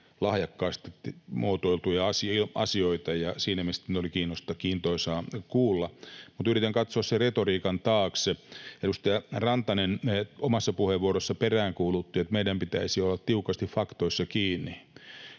lahjakkaasti muotoiltuja asioita. Siinä mielessä ne oli kiintoisaa kuulla, mutta yritän katsoa sen retoriikan taakse. Edustaja Rantanen omassa puheenvuorossaan peräänkuulutti, että meidän pitäisi olla tiukasti faktoissa kiinni